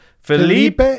Felipe